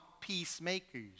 peacemakers